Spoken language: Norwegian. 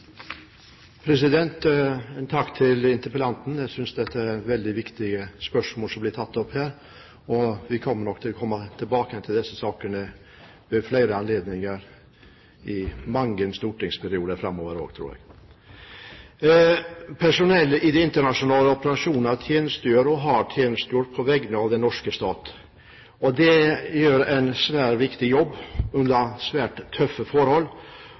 ha en bedre mulighet for å følge opp, fordi både hendelser og skader vil være bedre dokumentert. Takk til interpellanten – jeg synes det er veldig viktige spørsmål som blir tatt opp her. Vi kommer nok til å komme tilbake igjen til disse sakene ved flere anledninger i mange stortingsperioder framover også, tror jeg. Personell i internasjonale operasjoner tjenestegjør og har tjenestegjort på vegne av den norske stat. De gjør en svært viktig jobb under